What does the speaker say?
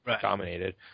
dominated